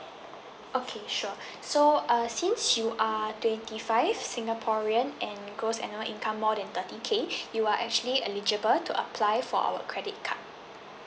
okay sure so uh since you are twenty five singaporean and gross annual income more than thirty K you are actually eligible to apply for our credit card